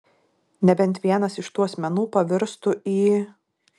nebent vienas iš tų asmenų pavirstų į